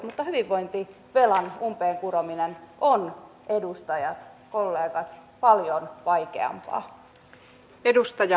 mutta hyvinvointivelan umpeen kurominen on edustajat kollegat paljon vaikeampaa